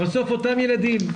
בסוף אותם ילדים,